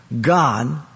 God